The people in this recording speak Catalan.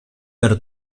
per